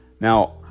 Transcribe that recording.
now